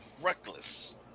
reckless